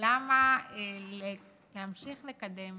למה להמשיך לקדם